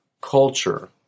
Culture